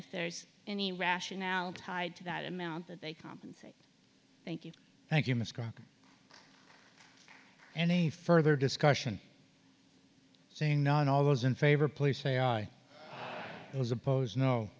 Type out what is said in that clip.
if there's any rationale tied to that amount that they compensate thank you thank you miska any further discussion saying not all those in favor please say i was opposed